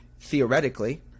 theoretically